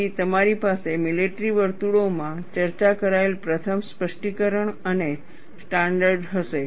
તેથી તમારી પાસે મિલેટરી વર્તુળોમાં ચર્ચા કરાયેલ પ્રથમ સ્પષ્ટીકરણ અને સ્ટાન્ડર્ડો હશે